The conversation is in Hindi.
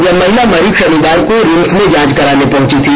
यह महिला मरीज शनिवार को रिम्स में जांच कराने पहुंची थी